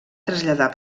traslladar